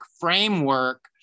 framework